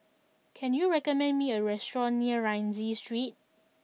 can you recommend me a restaurant near Rienzi Street